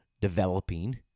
developing